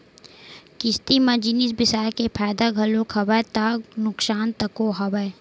किस्ती म जिनिस बिसाय के फायदा घलोक हवय ता नुकसान तको हवय